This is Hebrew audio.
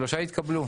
שלוש התקבלו,